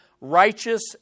righteous